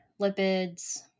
lipids